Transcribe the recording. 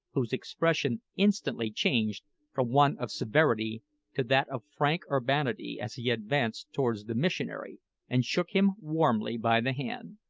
whose expression instantly changed from one of severity to that of frank urbanity as he advanced towards the missionary and shook him warmly by the hand.